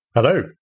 Hello